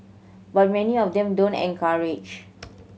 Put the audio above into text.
but many of them don't encourage